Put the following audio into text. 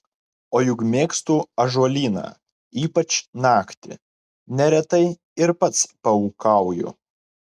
o juk mėgstu ąžuolyną ypač naktį neretai ir pats paūkauju